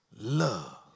love